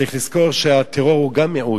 צריך לזכור שהטרור הוא גם מיעוט,